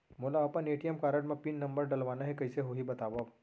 मोला अपन ATM card म पिन नंबर डलवाना हे कइसे होही बतावव?